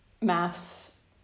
maths